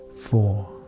four